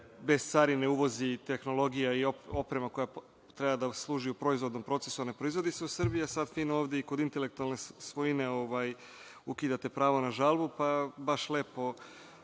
bez carine uvozi tehnologija i oprema koja treba da se služi u proizvodnom procesu, a ne proizvodi se u Srbiji, a sa i ovde kod intelektualne svojine ukidate pravo žalbu, pa baš lepo